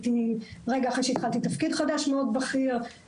רגע אחרי שהתחלתי תפקיד חדש מאוד בכיר,